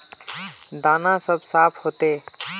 दाना सब साफ होते?